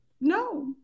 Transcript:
no